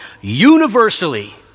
universally